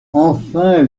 enfin